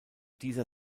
dieser